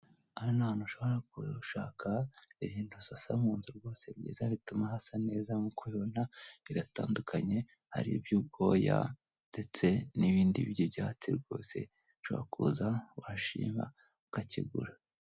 Hano ni ahantu ushobora gushaka ibintu usasa mu nzu rwose byiza bituma hasa neza nkuko ubibona, biratandukanye hariho iby'ubwoya; ndetse n'ibindi by'ibyatsi rwose, ushobora kuza washima ukakigura.